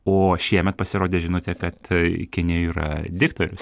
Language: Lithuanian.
o šiemet pasirodė žinutė kad kinijoj yra diktorius